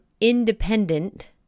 independent